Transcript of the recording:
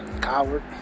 Coward